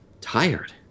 Tired